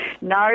No